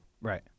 Right